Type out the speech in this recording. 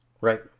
Right